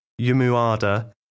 Yumuada